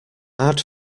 add